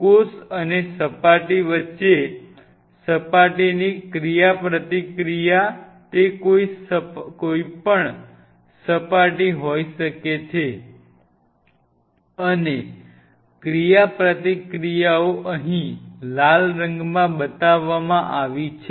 કોષ અને સપાટી વચ્ચે સપાટીની ક્રિયાપ્રતિક્રિયા તે કોઈપણ સપાટી હોઈ શકે છે અને ક્રિયાપ્રતિક્રિયાઓ અહીં લાલ રંગમાં બતાવવામાં આવી છે